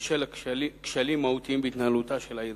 בשל כשלים מהותיים בהתנהלותה של העירייה.